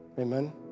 Amen